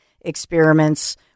experiments